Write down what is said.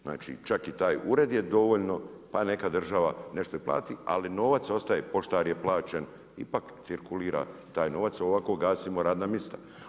Znači čak i taj ured je dovoljno, pa neka država nešto i plati ali novac ostane, poštar je plaćen, ipak cirkulira taj novac, ovako gasimo radna mjesta.